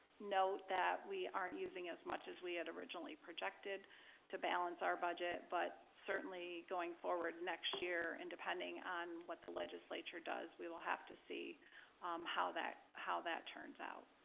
note that we aren't using as much as we had originally projected to balance our budget, but certainly going forward next year and depending on what the legislature does, we will have to see how that how that turns out.